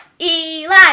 Eli